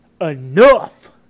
enough